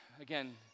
Again